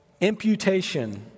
imputation